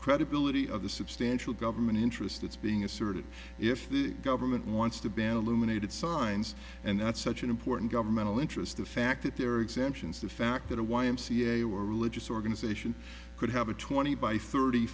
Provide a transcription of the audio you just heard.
credibility of the substantial government interest it's being asserted if the government wants to ban illuminated signs and that's such an important governmental interest the fact that there are exemptions the fact that a y m c a or religious organization could have a twenty by thirty